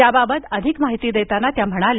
याबाबत अधिक माहिती देताना त्या म्हणाल्या